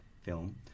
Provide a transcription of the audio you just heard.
film